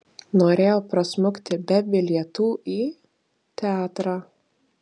norėjo prasmukti be bilietų į teatrą